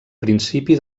principi